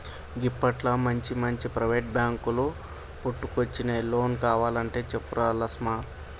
గిప్పట్ల మంచిమంచి ప్రైవేటు బాంకులు పుట్టుకొచ్చినయ్, లోన్ కావలంటే చెప్పురా లస్మా